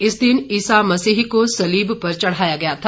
इस दिन ईसा मसीह को सलीब पर चढ़ाया गया था